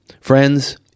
Friends